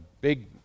big